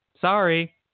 Sorry